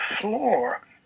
floor